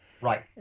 Right